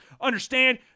Understand